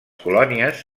colònies